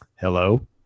hello